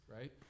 right